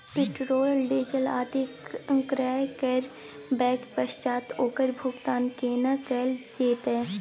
Petrol, diesel आदि क्रय करबैक पश्चात ओकर भुगतान केना कैल जेतै?